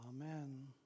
Amen